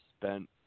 spent